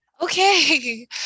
Okay